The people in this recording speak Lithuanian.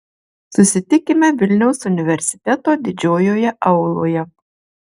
susitikime vilniaus universiteto didžiojoje auloje